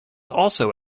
also